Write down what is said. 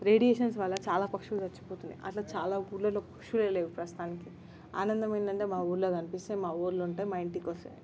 radiations వల్ల చాలా పక్షులు చచ్చిపోతున్నాయి అట్లా చాలా ఊళ్ళలో పక్షులే లేవు ప్రస్తుతానికి ఆనందం ఏందంటే మా ఊళ్ళో కనిపిస్తాయి మా ఊళ్ళో ఉంటాయి మా ఇంటికి వస్తాయి